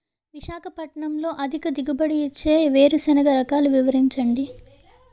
విశాఖపట్నంలో అధిక దిగుబడి ఇచ్చే వేరుసెనగ రకాలు వివరించండి?